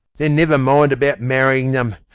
then never mind about marrying them.